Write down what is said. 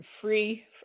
free